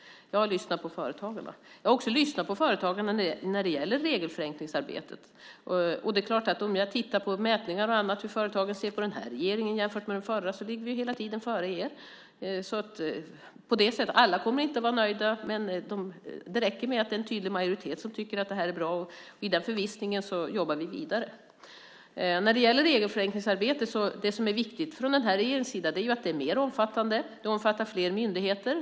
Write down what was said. Jag lyssnar på företagarna. Jag har också lyssnat på företagarna när det gäller regelförenklingsarbetet. När jag tittar på mätningar av hur företagen ser på den här regeringen jämfört med den förra ligger vi hela tiden före er. Alla kommer inte att vara nöjda, men det räcker med att det är en tydlig majoritet som tycker att det här är bra, och i den förvissningen jobbar vi vidare. Det som är viktigt för den här regeringen är att regelförenklingsarbetet är mer omfattande. Det omfattar fler myndigheter.